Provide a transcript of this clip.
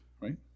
right